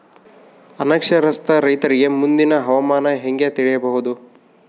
ಅನಕ್ಷರಸ್ಥ ರೈತರಿಗೆ ಮುಂದಿನ ಹವಾಮಾನ ಹೆಂಗೆ ತಿಳಿಯಬಹುದು?